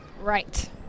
Right